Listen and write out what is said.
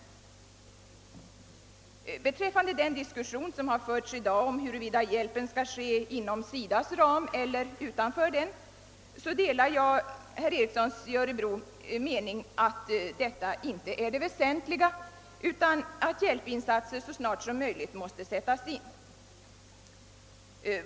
Vad beträffar den diskussion som har förts i dag om huruvida hjälpen skall lämnas inom SIDA:s ram eller utanför den delar jag herr Ericsons i Örebro mening, att detta inte är det väsentliga, utan att det väsentliga är att hjälpinsatserna görs så snart som möjligt.